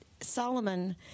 Solomon